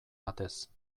batez